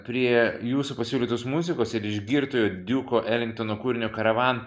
prie jūsų pasiūlytus muzikos ir išgirtojo diuko elingtono kūrinio karavan